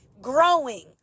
growing